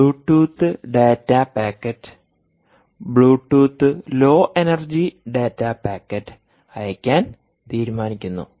Bluetooth data packet Bluetooth low energy data packet അയയ്ക്കാൻ തീരുമാനിക്കുന്നു